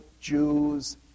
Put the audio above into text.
Jews